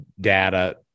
data